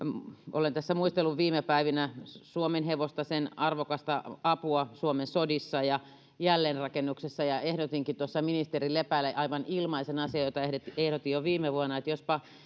olen tässä muistellut viime päivinä suomenhevosta sen arvokasta apua suomen sodissa ja jälleenrakennuksessa ehdotinkin tuossa ministeri lepälle aivan ilmaisen asian jota ehdotin ehdotin jo viime vuonna että jospa